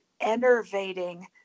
enervating